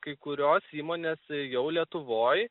kai kurios įmonės jau lietuvoj